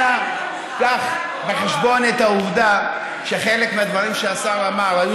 אנא קח בחשבון את העובדה שחלק מהדברים שהשר אמר היו